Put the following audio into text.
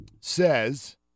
says